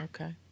Okay